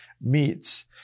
meets